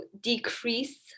decrease